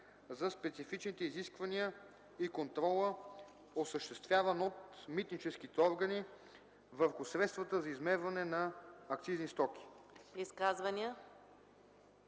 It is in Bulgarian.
за специфичните изисквания и контрола, осъществяван от митническите органи върху средствата за измерване на акцизни стоки